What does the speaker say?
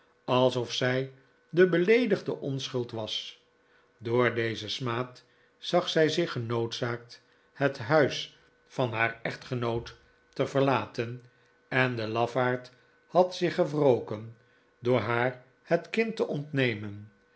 alsof zij de beleedigde onschuld was door dezen smaad zag zij zich genoodzaakt het huis van haar echtgenoot te verlaten en de lafaard had zich gewroken door haar het kind te ontnemen